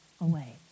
away